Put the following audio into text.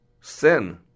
Sin